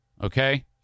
Okay